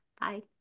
Bye